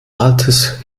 altes